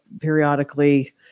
periodically